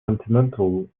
sentimental